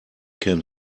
can